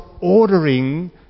ordering